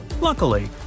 Luckily